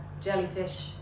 jellyfish